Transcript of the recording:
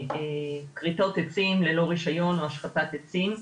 כריתות עצים ללא רישיון או השחתת עצים.